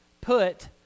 put